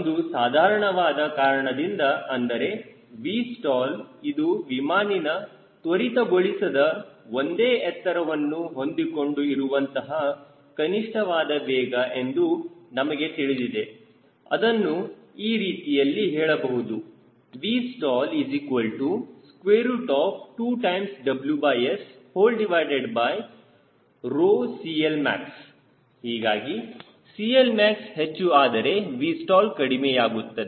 ಒಂದು ಸಾಧಾರಣವಾದ ಕಾರಣದಿಂದ ಅಂದರೆ Vstall ಇದು ವಿಮಾನಿನ ತ್ವರಿತಗೊಳಿಸದ ಒಂದೇ ಎತ್ತರವನ್ನು ಹೊಂದಿಕೊಂಡು ಇರುವಂತಹ ಕನಿಷ್ಠವಾದ ವೇಗ ಎಂದು ನಮಗೆ ತಿಳಿದಿದೆ ಅದನ್ನು ಈ ರೀತಿಯಲ್ಲಿ ಹೇಳಬಹುದು Vstall2WSCL max ಹೀಗಾಗಿ CLmax ಹೆಚ್ಚು ಆದರೆ Vstall ಕಡಿಮೆಯಾಗುತ್ತದೆ